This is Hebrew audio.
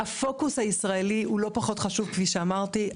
הפוקוס הישראלי הוא לא פחות חשוב, כפי שאמרתי.